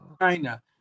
China